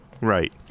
Right